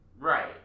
Right